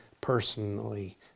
personally